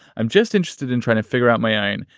i'm just interested in trying to figure out my own.